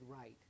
right